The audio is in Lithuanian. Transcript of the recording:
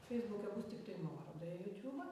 feisbuke bus tiktai nuoroda į jiutiūbą